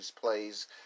plays